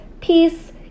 peace